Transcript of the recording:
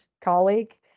colleague